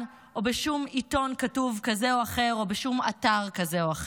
או בשום עיתון כתוב כזה או אחר או בשום אתר כזה או אחר.